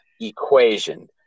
equation